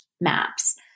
maps